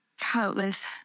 countless